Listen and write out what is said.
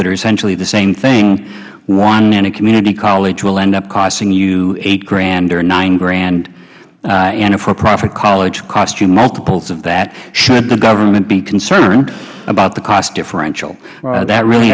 that are essentially the same thing one in a community college will end up costing you eight grand or nine grant and a for profit college cost you multiples of that should the government be concerned about the cost differential that really